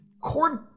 Cord